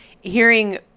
hearing